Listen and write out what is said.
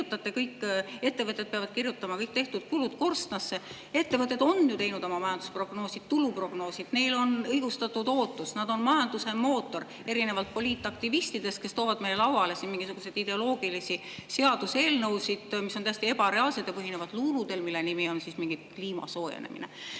Ettevõtted peavad kirjutama kõik tehtud kulud korstnasse. Ettevõtted on ju teinud oma majandusprognoosid, tuluprognoosid ja neil on õigustatud ootus. Nad on majanduse mootor, erinevalt poliitaktivistidest, kes toovad meile lauale mingisuguseid ideoloogilisi seaduseelnõusid, mis on täiesti ebareaalsed ja põhinevad luuludel, mille [nimetus] on mingi kliima soojenemine.